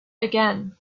again